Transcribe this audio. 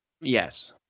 Yes